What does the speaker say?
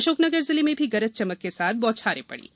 अशोकनगर जिले में भी गरज चमक के साथ बौछारे पड़ीं